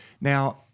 Now